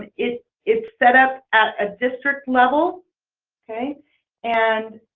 it is set up at a district level okay and